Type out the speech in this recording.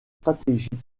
stratégique